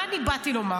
מה באתי לומר?